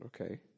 Okay